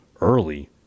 early